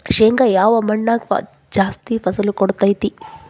ಶೇಂಗಾ ಯಾವ ಮಣ್ಣಾಗ ಜಾಸ್ತಿ ಫಸಲು ಕೊಡುತೈತಿ?